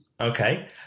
Okay